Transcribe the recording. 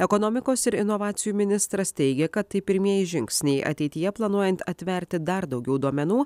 ekonomikos ir inovacijų ministras teigia kad tai pirmieji žingsniai ateityje planuojant atverti dar daugiau duomenų